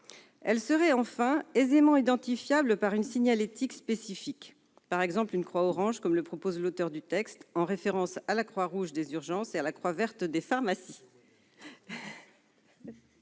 Elle serait enfin aisément identifiable par une signalétique spécifique : par exemple une croix orange, comme le propose l'auteur du texte, en référence à la croix rouge des urgences et à la croix verte des pharmacies.